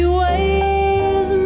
ways